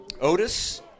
Otis